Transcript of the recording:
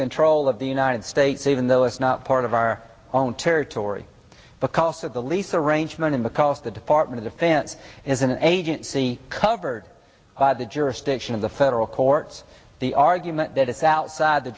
control of the united states even though it's not part of our own territory because of the lease arrangement and because the department of defense is an agency covered by the jurisdiction of the federal courts the argument that it's outside the